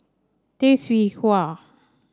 Tay Seow Huah